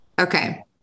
Okay